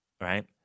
right